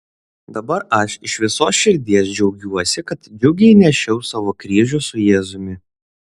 dabar aš iš visos širdies džiaugiuosi kad džiugiai nešiau savo kryžių su jėzumi